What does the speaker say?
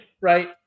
right